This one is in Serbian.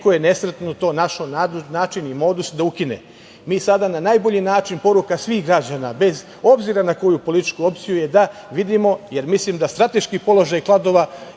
neko je nesretno to našao način i modus da ukine. Mi sada na najbolji način, poruka svih građana, bez obzira na koju političku opciju, je da vidimo, jer mislim da strateški položaj Kladova